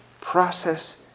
process